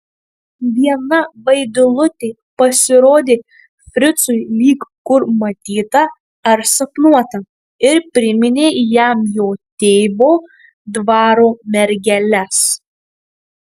viena vaidilutė pasirodė fricui lyg kur matyta ar sapnuota ir priminė jam jo tėvo dvaro mergeles